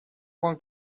going